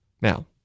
Now